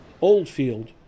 Oldfield